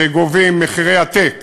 שגובים מחירי עתק